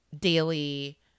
daily